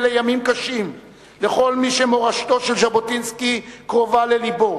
אלה ימים קשים לכל מי שמורשתו של ז'בוטינסקי קרובה ללבו.